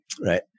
right